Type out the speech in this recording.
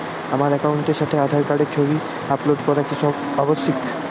আমার অ্যাকাউন্টের সাথে আধার কার্ডের ছবি আপলোড করা কি আবশ্যিক?